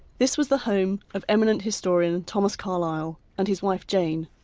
this was the home of eminent historian thomas carlisle and his wife jane,